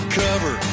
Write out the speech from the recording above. cover